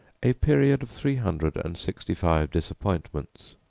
a period of three hundred and sixty-five disappointments.